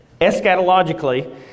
eschatologically